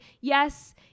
yes